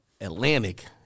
Atlantic